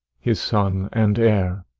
his son and heir.